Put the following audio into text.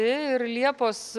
ir liepos